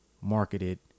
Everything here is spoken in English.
marketed